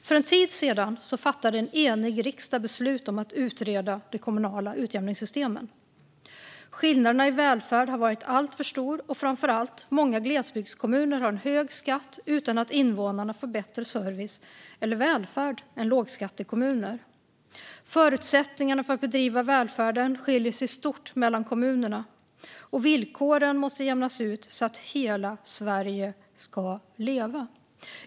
För en tid sedan fattade en enig riksdag beslut om att utreda de kommunala utjämningssystemen. Skillnaderna i välfärden har varit alltför stora, och framför allt har många glesbygdskommuner en hög skatt utan att invånarna får bättre service eller välfärd än de i lågskattekommuner. Förutsättningarna för att bedriva välfärden skiljer sig stort mellan kommunerna, och villkoren måste jämnas ut så att hela Sverige kan leva.